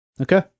Okay